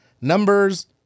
numbers